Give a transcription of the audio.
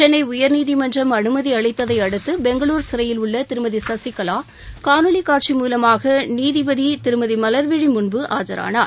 சென்னை உயர்நீதிமன்றம் அனுமதி அளித்ததை அடுத்து பெங்களுர் சிறையில் உள்ள திருமதி சசிகலா காணொலி காட்சி மூலமாக நீதிபதி திருமதி மலர்விழி முன்பு ஆஜானார்